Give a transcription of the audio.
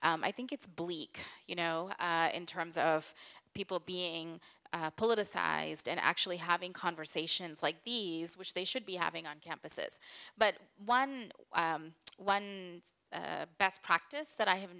n i think it's bleak you know in terms of people being politicized and actually having conversations like these which they should be having on campuses but one one best practice that i have